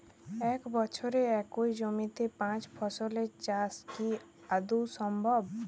এক বছরে একই জমিতে পাঁচ ফসলের চাষ কি আদৌ সম্ভব?